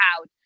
out